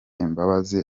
imbabazi